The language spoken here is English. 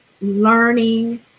learning